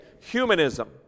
Humanism